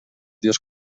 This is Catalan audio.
dies